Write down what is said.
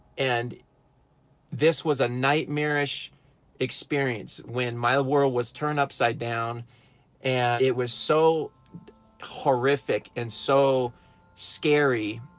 and this was a nightmarish experience when my world was turned upside down and it was so horrific and so scary